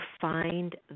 find